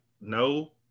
no